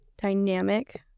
dynamic